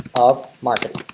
of marketing.